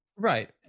Right